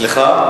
סליחה?